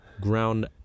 ground